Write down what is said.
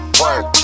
work